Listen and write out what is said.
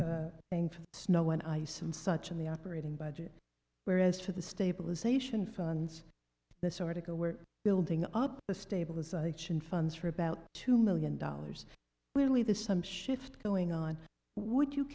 things snow and ice and such in the operating budget whereas for the stabilization funds this article we're building up the stabilization funds for about two million dollars really the some shift going on would you